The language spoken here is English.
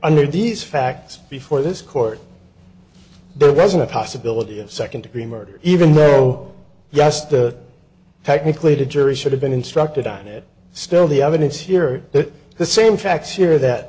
under these facts before this court there wasn't a possibility of second degree murder even though yes the technically the jury should have been instructed on it still the evidence here that the same facts here